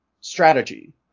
strategy